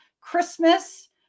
Christmas